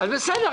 אז בסדר,